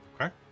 Okay